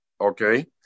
Okay